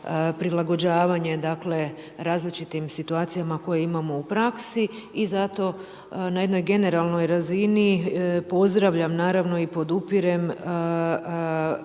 prilagođavanje dakle različitim situacijama koje imamo u praksi i zato na jednoj generalnoj razini pozdravljam naravno i podupirem